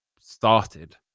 started